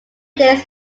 days